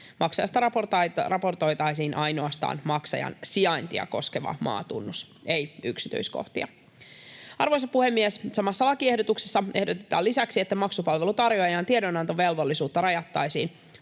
Maksajasta raportoitaisiin ainoastaan maksajan sijaintia koskeva maatunnus, ei yksityiskohtia. Arvoisa puhemies! Samassa lakiehdotuksessa ehdotetaan lisäksi, että maksupalveluntarjoajan tiedonantovelvollisuutta rajattaisiin